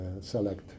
select